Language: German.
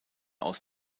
aus